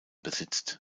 besitzt